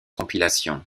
compilations